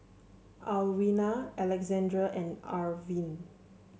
Alwina Alexandria and Irven